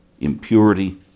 impurity